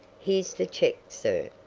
here's the check, sir.